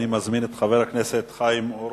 אני מזמין את חבר הכנסת חיים אורון.